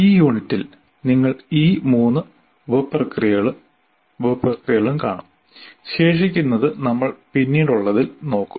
ഈ യൂണിറ്റിൽ നിങ്ങൾ ഈ മൂന്ന് ഉപ പ്രക്രിയകളും കാണും ശേഷിക്കുന്നത് നമ്മൾ പിന്നീടുള്ളതിൽ നോക്കും